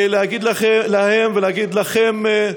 ולהגיד להם ולהגיד לכם,